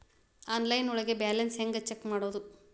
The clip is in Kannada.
ಆನ್ಲೈನ್ ಒಳಗೆ ಬ್ಯಾಲೆನ್ಸ್ ಹ್ಯಾಂಗ ಚೆಕ್ ಮಾಡೋದು?